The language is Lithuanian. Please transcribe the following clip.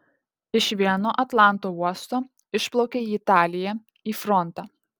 iš vieno atlanto uosto išplaukia į italiją į frontą